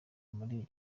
muri